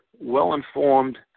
well-informed